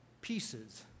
pieces